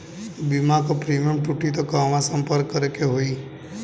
बीमा क प्रीमियम टूटी त कहवा सम्पर्क करें के होई?